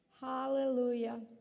hallelujah